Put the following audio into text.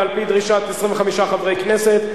ועל-פי דרישת 25 חברי כנסת,